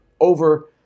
over